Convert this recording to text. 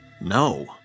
No